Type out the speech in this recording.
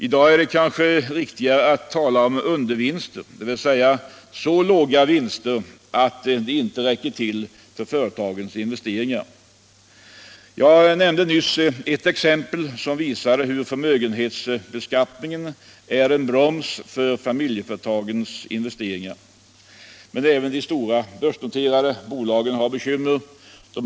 I dag är det kanske riktigare att tala om undervinster, dvs. så låga vinster att de inte räcker till för företagens investeringar. Jag nämnde nyss ett exempel som visade hur förmögenhetsbeskattningen är en broms för familjeföretagens investeringar. Men även de stora börsnoterade bolagen har bekymmer.